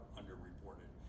underreported